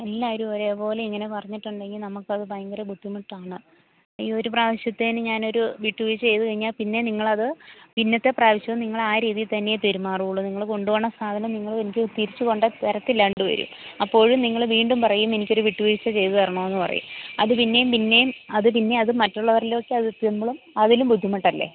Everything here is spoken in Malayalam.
എല്ലാവരും ഒരേ പോലെ ഇങ്ങനെ പറഞ്ഞിട്ടുണ്ടെങ്കിൽ നമുക്ക് അത് ഭയങ്കര ബുദ്ധിമുട്ടാണ് ഈ ഒരു പ്രാവശ്യത്തേക്ക് ഞാൻ ഒരു വിട്ടുവീഴ്ച്ച ചെയ്തു കഴിഞ്ഞാൽ പിന്നേയും നിങ്ങൾ അത് പിന്നത്തെ പ്രാവശ്യവും നിങ്ങൾ ആ രീതി തന്നെ പെരുമാറൂള്ളു നിങ്ങൾ കൊണ്ടുപോകുന്ന സാധനം നിങ്ങൾ എനിക്ക് തിരിച്ചു കൊണ്ടു തരത്തില്ല രണ്ട് പേരും അപ്പോഴും നിങ്ങൾ വീണ്ടും പറയും എനിക്ക് ഒരു വിട്ടുവീഴ്ച ചെയ്തു തരണമെന്ന് പറയും അത് പിന്നേയും പിന്നേയും അത് പിന്നേയും അത് മറ്റുള്ളവരിലേക്കും അത് എത്തുമ്പോഴും അതിലും ബുദ്ധിമുട്ടല്ലേ